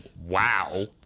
wow